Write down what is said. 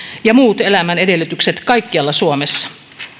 ja muut elämän edellytykset kaikkialla suomessa